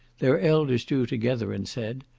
their elders drew together, and said,